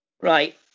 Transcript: Right